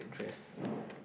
address